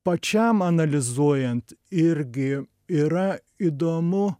pačiam analizuojant irgi yra įdomu